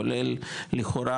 כולל לכאורה,